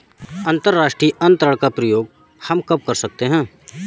अंतर्राष्ट्रीय अंतरण का प्रयोग हम कब कर सकते हैं?